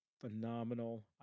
phenomenal